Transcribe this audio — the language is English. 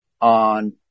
on